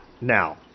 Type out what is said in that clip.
now